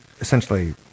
essentially